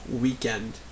weekend